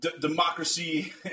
democracy